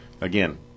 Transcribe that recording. again